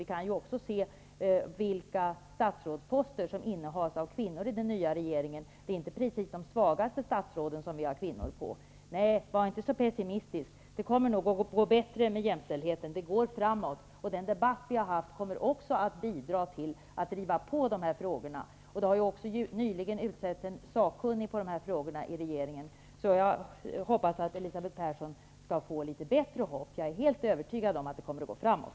Vi kan också se vilka statsrådsposter i den nya regeringen som innehas av kvinnor -- det är inte precis de svagaste statsrådsposterna som vi har kvinnor på. Nej, var inte så pessimistisk! Det kommer nog att gå bättre med jämställdheten. Det går framåt, och den debatt vi har haft kommer också att bidra till att driva på de här frågorna. Det har nyligen utsetts en sakkunnig i de här frågorna i regeringen, så jag hoppas att Elisabeth Persson skall bli litet hoppfullare. Jag är helt övertygad om att det kommer att gå framåt.